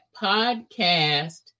podcast